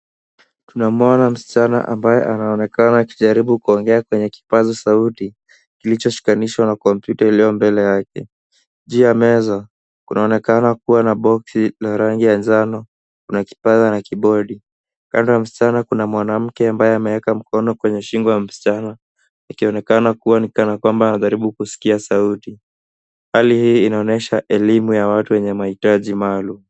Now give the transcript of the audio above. Tunamuona msichana ambaye anajaribu kuongea kwenye kipaza sauti kilichoshikanishwa na kompyuta iliyo mbele yake. Juu ya meza, kunaonekana kuwa na boksi la rangi ya njano , kuna kipanya na kibodi. Kando ya msichana kuna mwanamke ambaye ameweka mkono kwenye shingo ya msichana akionekana kuwa ni kana kwamba anajaribu kusikia sauti. Hali hii inaonyesha elimu ya watu wenye mahitaji maalum.